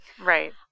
Right